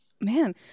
man